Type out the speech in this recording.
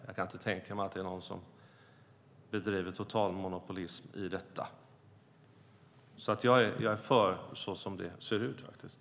Jag kan inte tänka mig att det är någon som bedriver total monopolism i detta. Jag är alltså för utvecklingen såsom den ser ut.